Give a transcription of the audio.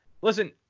Listen